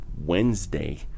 Wednesday